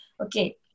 Okay